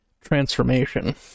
transformation